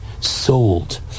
sold